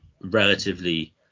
relatively